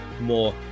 more